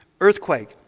earthquake